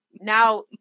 now